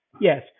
Yes